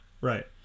Right